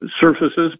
surfaces